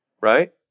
right